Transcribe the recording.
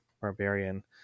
barbarian